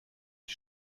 ihn